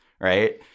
right